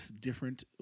different